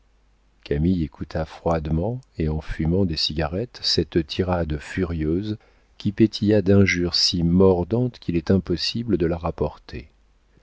camille écouta froidement et en fumant des cigarettes cette tirade furieuse qui pétilla d'injures si mordantes qu'il est impossible de la rapporter